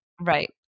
Right